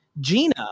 Gina